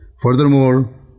Furthermore